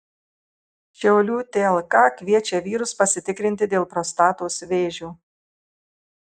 šiaulių tlk kviečia vyrus pasitikrinti dėl prostatos vėžio